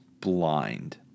blind